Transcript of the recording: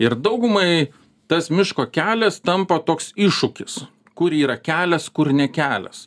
ir daugumai tas miško kelias tampa toks iššūkis kur yra kelias kur nekelias